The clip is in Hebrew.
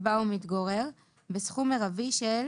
שבה הוא מתגורר, בסכום מרבי של